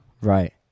Right